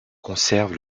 conserve